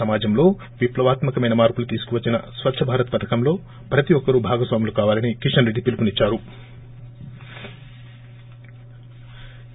సమాజంలో విప్లవాత్మకమైన మార్పులు తీసుకువచ్చిన స్వచ్చభారత్ వంటి పథకంలో ప్రతి ఒక్కరూ భాగస్వాములు కావాలని కిషన్ రెడ్డి పిలుపునిచ్చారు